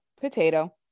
potato